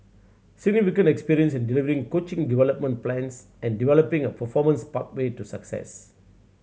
significant experience in delivering coaching development plans and developing a performance pathway to success